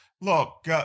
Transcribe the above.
Look